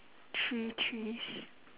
three trees